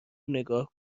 نگاه